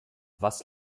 was